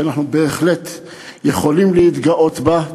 ואנחנו בהחלט יכולים להתגאות בה.